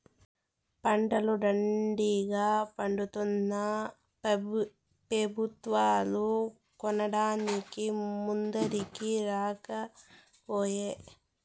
పంటలు దండిగా పండితున్నా పెబుత్వాలు కొనడానికి ముందరికి రాకపోయే